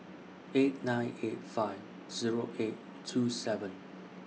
eight nine eight five Zero eight two seven